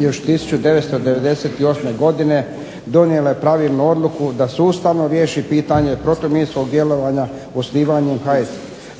još 1998. godine donijela pravilnu odluku da sustavno riješi pitanje protuminskog djelovanja osnivanjem